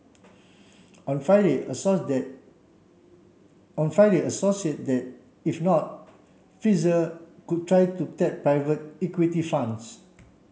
on Friday a source that on Friday a source said that if not Pfizer could try to tap private equity funds